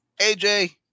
AJ